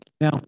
now